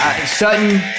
Sutton